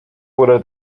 wurde